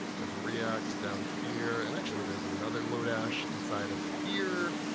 there's a react down here, and actually there's another lodash inside of here.